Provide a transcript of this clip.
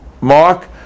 mark